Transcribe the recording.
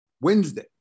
Wednesday